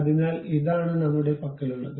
അതിനാൽ ഇതാണ് നമ്മുടെ പക്കലുള്ളത്